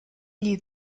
gli